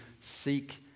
seek